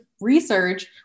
research